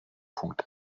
punkt